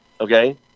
okay